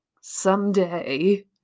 someday